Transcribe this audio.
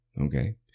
Okay